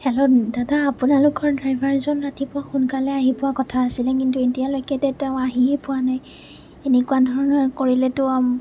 hello দাদা আপোনালোকৰ ড্ৰাইভাৰজন ৰাতিপুৱা সোনকালে আহি পোৱাৰ কথা আছিলে কিন্তু এতিয়ালৈকেতো তেওঁ আহিয়েই পোৱা নাই এনেকুৱা ধৰণৰ কৰিলেতো